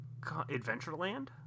Adventureland